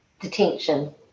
Detention